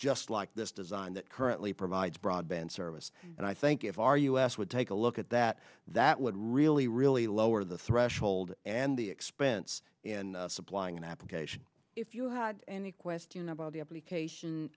just like this design that currently provides broadband service and i think if our us would take a look at that that would really really lower the threshold and the expense and supplying an application if you had any question about the application